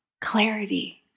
clarity